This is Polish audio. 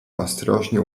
ostrożnie